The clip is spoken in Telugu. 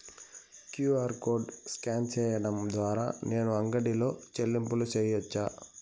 క్యు.ఆర్ కోడ్ స్కాన్ సేయడం ద్వారా నేను అంగడి లో చెల్లింపులు సేయొచ్చా?